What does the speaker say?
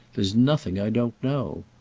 there's nothing i don't know.